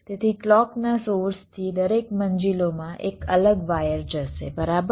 તેથી ક્લૉકના સોર્સથી દરેક મંજિલોમાં એક અલગ વાયર જશે બરાબર